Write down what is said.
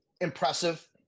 impressive